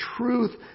truth